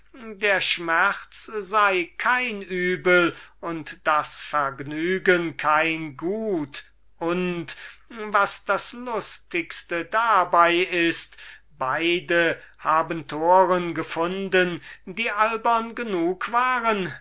der schmerz sei kein übel und das vergnügen kein gut und was das lustigste dabei ist beide haben toren gefunden die albern genug waren